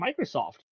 Microsoft